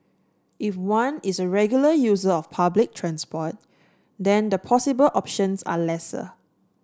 if one is a regular user of public transport then the possible options are lesser